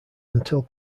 until